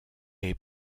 est